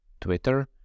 Twitter